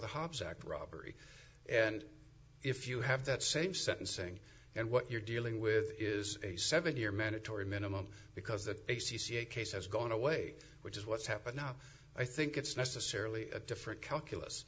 the hobbs act robbery and if you have that same sentencing and what you're dealing with is a seven year mandatory minimum because the a c c case has gone away which is what's happened now i think it's necessarily a different calculus